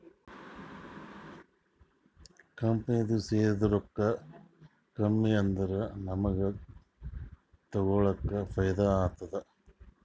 ಕಂಪನಿದು ಶೇರ್ದು ರೊಕ್ಕಾ ಕಮ್ಮಿ ಆದೂರ ನಮುಗ್ಗ ತಗೊಳಕ್ ಫೈದಾ ಆತ್ತುದ